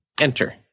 Enter